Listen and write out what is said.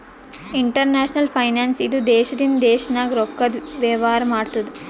international finance ಇದು ದೇಶದಿಂದ ದೇಶ ನಾಗ್ ರೊಕ್ಕಾದು ವೇವಾರ ಮಾಡ್ತುದ್